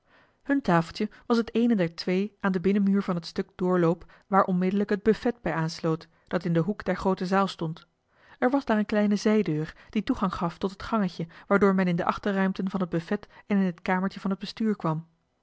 hun tafeltje was het eene der twee aan den binnenmuur van het stuk doorloop waar onmiddellijk het buffet johan de meester de zonde in het deftige dorp bij aansloot dat in den hoek der groote zaal stond er was daar een kleine zijdeur die toegang gaf tot het gangetje waardoor men in de achterruimten van het buffet en in het kamertje van het bestuur kwam